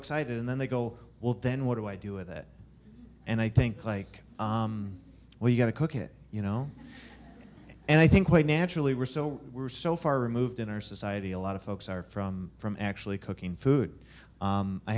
excited and then they go well then what do i do with it and i think like well you got to cook it you know and i think quite naturally we're so we're so far removed in our society a lot of folks are from from actually cooking food